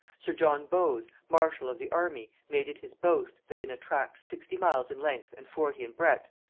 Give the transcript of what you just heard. sir john bowes, marshal of the army, made it his boast, that in a tract sixty miles in length and forty in breadth,